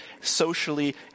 socially